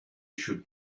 should